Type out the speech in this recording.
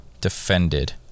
defended